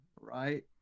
right